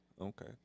Okay